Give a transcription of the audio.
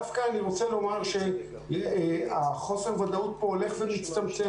דווקא אני רוצה לומר שחוסר הוודאות פה הולך ומצטמצם.